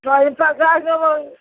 तोहर हिस्सा काटि लेबौ